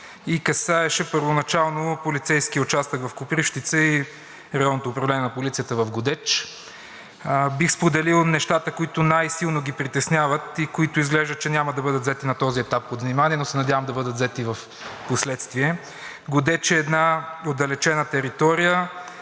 и касаеше първоначално полицейския участък в Копривщица и районното управление на полицията в Годеч. Бих споделил нещата, които най-силно ги притесняват и които изглежда, че няма да бъдат взети на този етап под внимание, но се надявам да бъдат взети впоследствие. Годеч е една отдалечена територия,